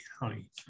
county